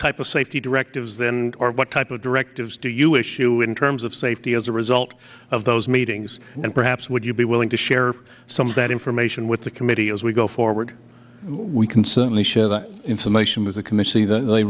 type of safety directives then or what type of directives do you issue in terms of safety as a result of those meetings and perhaps would you be willing to share some of that information with the committee as we go forward we can certainly share that information